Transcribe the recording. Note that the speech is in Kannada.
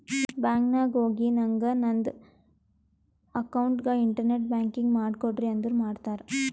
ಬ್ಯಾಂಕ್ ನಾಗ್ ಹೋಗಿ ನಂಗ್ ನಂದ ಅಕೌಂಟ್ಗ ಇಂಟರ್ನೆಟ್ ಬ್ಯಾಂಕಿಂಗ್ ಮಾಡ್ ಕೊಡ್ರಿ ಅಂದುರ್ ಮಾಡ್ತಾರ್